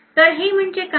तर हे म्हणजे काय